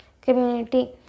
community